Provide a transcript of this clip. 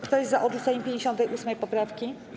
Kto jest za odrzuceniem 58. poprawki?